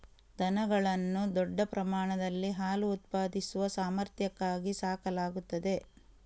ದನಗಳನ್ನು ದೊಡ್ಡ ಪ್ರಮಾಣದಲ್ಲಿ ಹಾಲು ಉತ್ಪಾದಿಸುವ ಸಾಮರ್ಥ್ಯಕ್ಕಾಗಿ ಸಾಕಲಾಗುತ್ತದೆ